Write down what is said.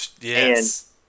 Yes